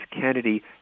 Kennedy